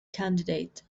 candidate